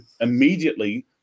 immediately